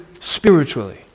spiritually